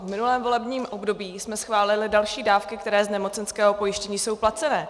V minulém volebním období jsme schválili další dávky, které jsou z nemocenského pojištění placené.